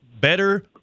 better